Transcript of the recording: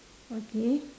okay